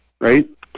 right